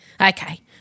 Okay